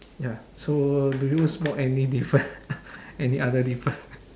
ya so do you spot any different any other different